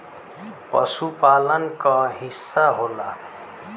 पसुपालन क हिस्सा होला